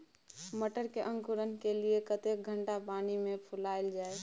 मटर के अंकुरण के लिए कतेक घंटा पानी मे फुलाईल जाय?